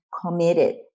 committed